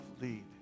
lead